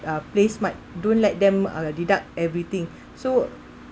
uh place might don't let them uh deduct everything so